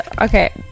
okay